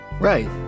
Right